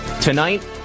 tonight